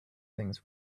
things